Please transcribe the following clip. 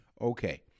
Okay